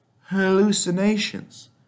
hallucinations